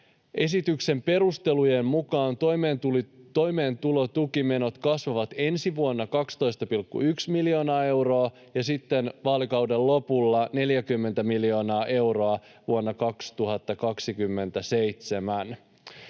Esityksen perustelujen mukaan toimeentulotukimenot kasvavat 12,1 miljoonaa euroa ensi vuonna ja 40 miljoonaa euroa sitten